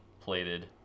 plated